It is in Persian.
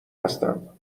هستم